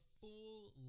full